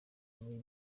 muri